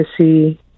see